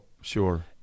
Sure